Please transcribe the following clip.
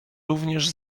również